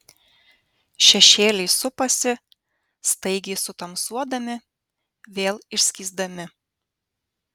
šešėliai supasi staigiai sutamsuodami vėl išskysdami